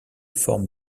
formes